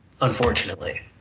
Unfortunately